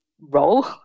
role